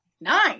nine